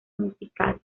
musical